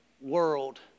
world